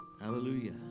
Hallelujah